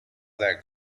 that